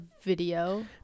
video